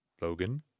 Logan